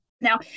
now